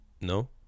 No